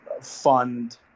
fund